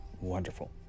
wonderful